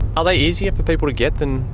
ah they easier for people to get than